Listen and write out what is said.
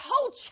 whole